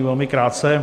Velmi krátce.